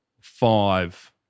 five